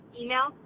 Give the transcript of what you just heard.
email